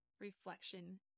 reflection